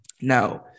Now